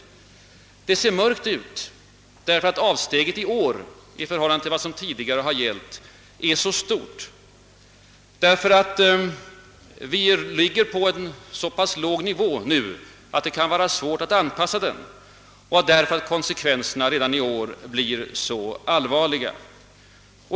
Och det ser mörkt ut därför att avsteget i år i förhållande till vad som tidigare gällt är så stort, därför att vi nu ligger på en så låg nivå att det kan vara svårt att anpassa den och därför att konsekvenserna redan i år blir så allvarliga.